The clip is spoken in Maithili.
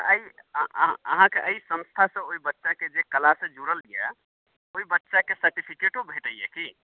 एहि अहाँ अहाँके एहि संस्थासँ ओहि बच्चाके जे कलासँ जुड़ल यए ओहि बच्चाके सर्टिफ़िकेटो भेटैए की